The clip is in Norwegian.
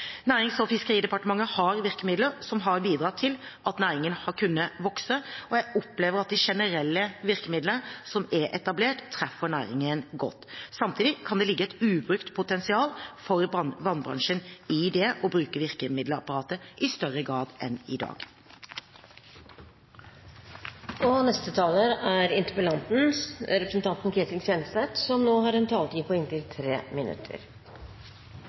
Nærings- og fiskeridepartementet har virkemidler som har bidratt til at næringen har kunnet vokse, og jeg opplever at de generelle virkemidlene som er etablert, treffer næringen godt. Samtidig kan det ligge et ubrukt potensial for vannbransjen i det å bruke virkemiddelapparatet i større grad enn i dag. Takk til statsråden. Det var et grundig svar. Det gjenspeiler et mangfold, og hvis en